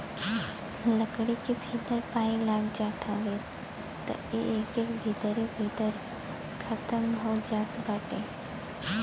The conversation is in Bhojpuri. लकड़ी के भीतर पाई लाग जात हवे त इ एके भीतरे भीतर खतम हो जात बाटे